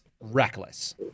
reckless